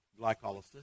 glycolysis